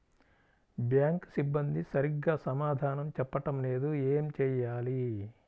Bank సిబ్బంది సరిగ్గా సమాధానం చెప్పటం లేదు ఏం చెయ్యాలి?